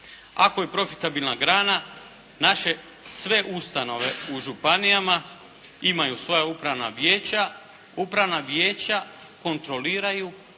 Ako je profitabilna grana naše sve ustanove u županijama imaju svoja upravna vijeća, upravna vijeća kontroliraju